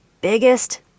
biggest